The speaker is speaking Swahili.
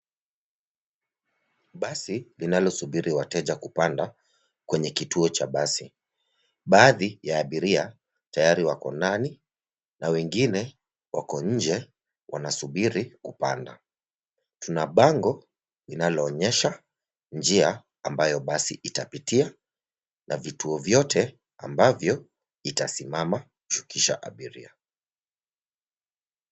Basi linalo subiri wateja kupanda kwenye kituo cha basi baadhi ya abiria tayari wako ndani na wengine wako nje wanasubiri kupanda. Tuna bango linalo onyesha njia ambayo basi itapitia na vituo vyote ambavyo itasimama kushukisha abiria.